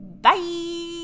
bye